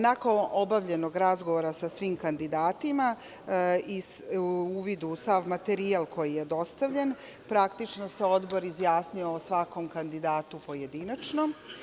Nakon obavljenog razgovora sa svim kandidatima i uvid u sav materijal koji je dostavljen, praktično se Odbor izjasnio o svakom kandidatu pojedinačno.